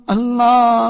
Allah